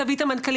תביא את המנכ"לים,